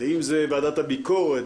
ואם זה ועדת הביקורת,